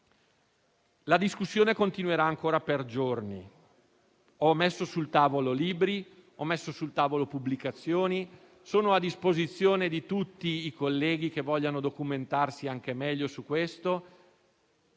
La discussione continuerà ancora per giorni. Ho messo sul tavolo libri. Ho messo sul tavolo pubblicazioni. Sono a disposizione di tutti i colleghi che vogliano documentarsi anche meglio su questo.